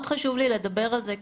מאוד חשוב לי לדבר על זה,